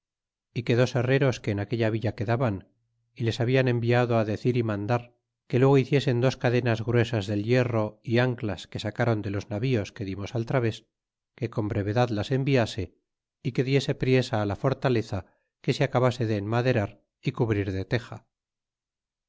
é que dos herreros que en aquella villa quedaban y les habla enviado decir y mandar que luego hiciesen dos cadenas gruesas del hierro y anclas que sacron de los navíos que dimos al través que con brevedad las enviase y que diese priesa la fortaleza que se acabase de enmaderar y cubrir de teja